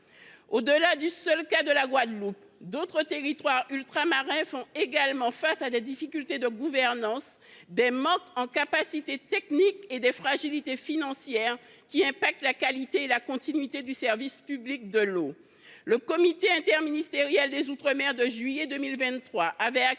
Au delà du seul cas de la Guadeloupe, d’autres territoires ultramarins font également face à des difficultés de gouvernance, des manques en capacités techniques et des fragilités financières, qui impactent la qualité et la continuité du service public de l’eau. Le comité interministériel des outre mer (Ciom) tenu en juillet 2023 avait acté